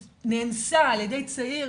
נאנסה על ידי צעיר,